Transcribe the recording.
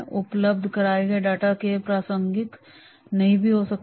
उपलब्ध कराए गए डेटा के सभी प्रासंगिक नहीं भी हो सकते हैं